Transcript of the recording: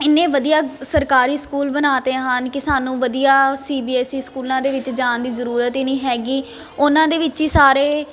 ਇੰਨੇ ਵਧੀਆ ਸਰਕਾਰੀ ਸਕੂਲ ਬਣਾ ਤੇ ਹਨ ਕਿ ਸਾਨੂੰ ਵਧੀਆ ਸੀ ਬੀ ਐਸ ਈ ਸਕੂਲਾਂ ਦੇ ਵਿੱਚ ਜਾਣ ਦੀ ਜ਼ਰੂਰਤ ਹੀ ਨਹੀਂ ਹੈਗੀ ਉਹਨਾਂ ਦੇ ਵਿੱਚ ਹੀ ਸਾਰੇ